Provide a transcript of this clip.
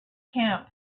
camp